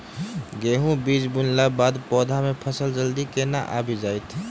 गेंहूँ बीज बुनला बाद पौधा मे फसल जल्दी केना आबि जाइत?